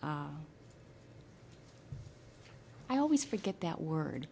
i always forget that word